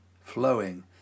flowing